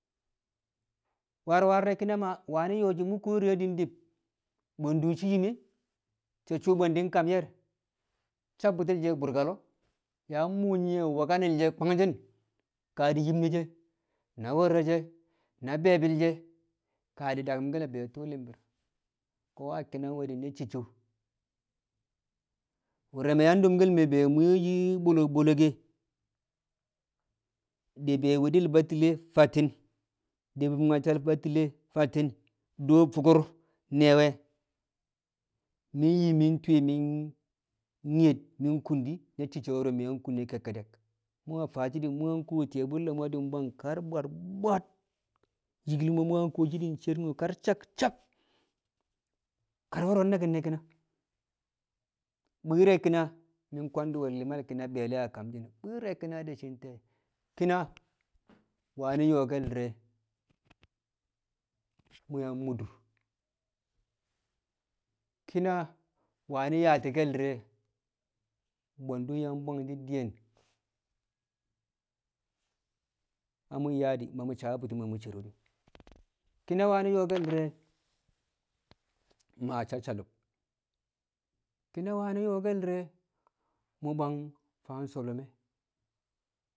warwar de̱ ki̱na ma wani̱ yo̱o̱ shi̱ di̱re̱ di̱ di̱b bwe̱ndu̱ shi̱ yim e̱ so̱ suu bwe̱ndu̱ kam ye̱r sabbu̱ti̱l she̱ a burka lo̱o̱ yaa mu̱u̱ nye̱ wakanil she̱ kwangshi ka yim ne̱ she̱ na wu̱r re̱ she̱ na be̱e̱bi̱l she̱ ka daku̱mke̱l be tu̱u̱ li̱mbi̱r ko̱ a ki̱na we̱ na cicco wu̱r re̱ me̱ yang dunkel me̱ be mwi̱ye̱ bo̱lo̱n- bo̱lo̱nke̱ de be wu̱di̱l Batile fatti̱n de be bu̱mnyaccal Batile fatti̱n do fukur nee we̱ mi̱ yi mi̱ twi̱ mi̱ yed mi̱ kung di̱ na cicco wo̱ro̱ mi̱ yang kune kekkedek mu̱ we̱ faa di̱ mu̱ yang kuwo ti̱ye̱ bu̱lle̱ mu̱ bwang kar bwabwa yikil mo̱ mu̱ yang kuwoshi ncero kar saksak kar wo̱ro̱ naki̱n ne̱ ki̱na. Bwi̱i̱r re̱ ki̱na mi̱ kwangdi̱ we̱l li̱mbi̱l kɪna be̱e̱le̱ kamshi̱ne̱ bwi̱i̱r re̱ kịna di̱ shi̱ ntee? ki̱na wani̱ yo̱o̱ke̱l di̱re̱ mu̱ yang muk dur, ki̱na wani yaati di̱re̱ bwe̱ndu̱ yang bwangshi̱ diyen na mu̱ yaa di̱ ma mu̱ sabbu̱ti̱ ma mu̱ cero de̱ ki̱na wani̱ yo̱o̱ke̱l di̱re̱ maa sassalab ki̱na wani̱ yo̱o̱ke̱l di̱re̱ mu̱ bwang fang so̱lo̱me̱